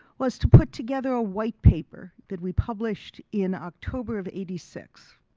was to put together a white paper that we published in october of eighty six.